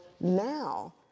now